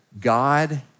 God